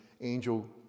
angel